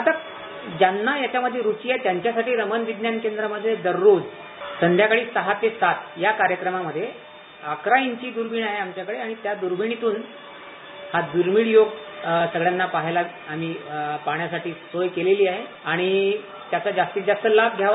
आता ज्यांना यामध्ये रूची आहे त्यांच्यासाठी रमण विज्ञान केंद्रामध्ये दररोज संध्याकाळी सहा ते सात या कार्यक्रमामध्ये अकरा इंची दुर्बिन आहे आमच्याकडे आणि त्या दूर्बिनीतून हा दूर्मिळ योग सगळ्यांना पाहण्यासाठी सोय केली आहे आणि त्याचा जास्तीत जास्त लाभ घ्यावा